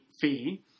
fee